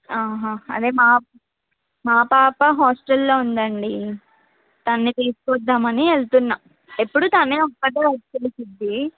అదే మా మా పాప హాస్టల్లో ఉందండి తన్ని తీసుకు వద్దామని వెళ్తున్నా ఎప్పుడు తనే ఒక్కర్తే వచ్చేస్తుంది